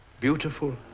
Beautiful